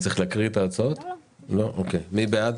מי בעד?